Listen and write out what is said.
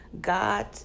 God